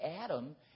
Adam